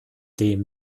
dem